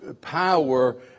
power